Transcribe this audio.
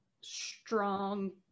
strong